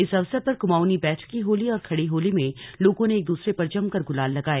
इस अवसर पर कमाउनी बैठकी होली और खड़ी होली में लोगों ने एक दूसरे पर जमकर गुलाल लगाए